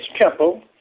temple